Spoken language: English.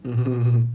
mmhmm